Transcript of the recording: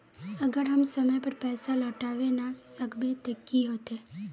अगर हम समय पर पैसा लौटावे ना सकबे ते की होते?